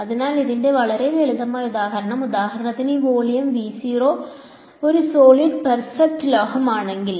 അതിനാൽ ഇതിന്റെ വളരെ ലളിതമായ ഉദാഹരണം ഉദാഹരണത്തിന് ഈ വോള്യം ഒരു സോളിഡ് പെർഫെക്റ്റ് ലോഹമാണെങ്കിൽ